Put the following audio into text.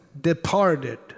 departed